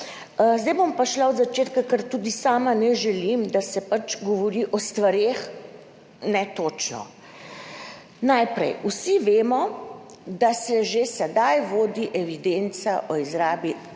Zdaj bom pa šla od začetka, ker tudi sama ne želim, da se govori o stvareh netočno. Najprej, vsi vemo, da se že sedaj vodi evidenca o izrabi